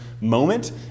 moment